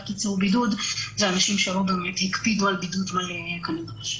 קיצור בידוד אלה אנשים שלא באמת הקפידו על בידוד מלא כנדרש.